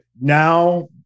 now